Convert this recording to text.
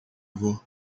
avó